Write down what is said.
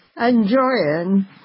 enjoying